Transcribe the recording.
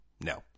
no